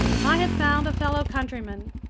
i had found a fellow countryman!